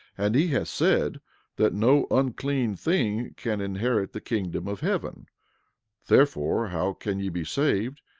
and he hath said that no unclean thing can inherit the kingdom of heaven therefore, how can ye be saved,